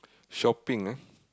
shopping ah